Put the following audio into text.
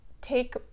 take